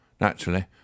Naturally